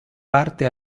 parte